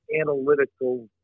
analytical